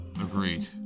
Agreed